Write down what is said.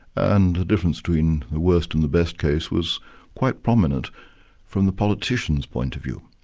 and the difference between the worst and the best case was quite prominent from the politicians' point of view.